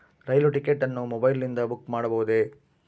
ರೈಲು ticket ಅನ್ನು ಮೊಬೈಲಿಂದ book ಮಾಡಬಹುದೆ?